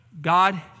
God